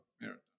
Marathon